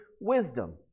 wisdom